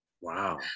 Wow